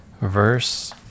verse